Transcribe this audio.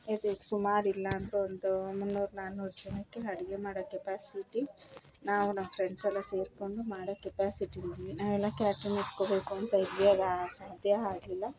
ಸುಮಾರಿಲ್ಲ ಅಂದರು ಒಂದು ಮುನ್ನೂರು ನಾನೂರು ಜನಕ್ಕೆ ಅಡುಗೆ ಮಾಡೊ ಕ್ಯೆಪಾಸಿಟಿ ನಾವು ನಮ್ಮ ಫ್ರೆಂಡ್ಸ್ ಎಲ್ಲ ಸೇರಿಕೊಂಡು ಮಾಡೊ ಕ್ಯೆಪಾಸಿಟಿ ನಾವೆಲ್ಲ ಕ್ಯಾಟ್ರಿಂಗ್ ಇಟ್ಕೊಳ್ಬೇಕು ಅಂತ ಇದ್ವಿ ಅದು ಸಾಧ್ಯ ಆಗಲಿಲ್ಲ